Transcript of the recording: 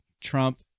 Trump